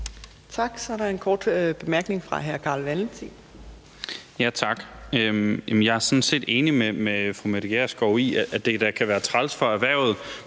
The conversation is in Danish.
Tak. Så er der en kort bemærkning fra hr. Carl Valentin. Kl. 17:48 Carl Valentin (SF): Tak. Jeg er sådan set enig med fru Mette Gjerskov i, at det da kan være træls for erhvervet,